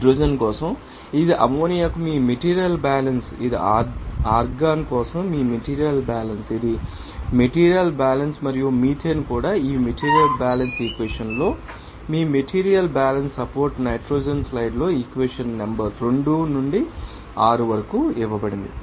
hydrogen కోసం ఇది అమ్మోనియాకు మీ మెటీరియల్ బ్యాలెన్స్ ఇది ఆర్గాన్ కోసం మీ మెటీరియల్ బ్యాలెన్స్ ఇది మీ మెటీరియల్ ం బ్యాలెన్స్ మరియు మీథేన్ కూడా ఈ మెటీరియల్ బ్యాలెన్స్ ఈక్వెషన్ లో మీ మెటీరియల్ బ్యాలెన్స్ సపోర్ట్ నైట్రోజన్ స్లైడ్లో ఈక్వేషన్ నెంబర్ 2 నుండి 6 వరకు ఇవ్వబడింది